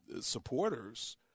supporters